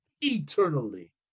eternally